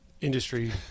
industry